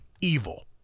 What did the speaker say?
evil